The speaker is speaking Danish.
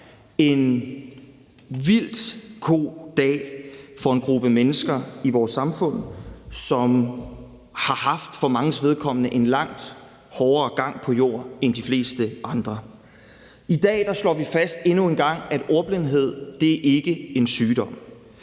en vildt god dag for en gruppe mennesker i vores samfund, som – for manges vedkommende – har haft en langt hårdere gang på jord end de fleste. I dag slår vi endnu en gang fast, at ordblindhed ikke er en sygdom.